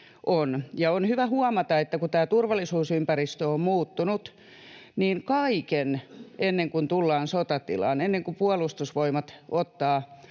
On hyvä huomata, että kun turvallisuusympäristö on muuttunut, niin ennen kuin tullaan sotatilaan, ennen kuin Puolustusvoimat ottaa